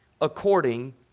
according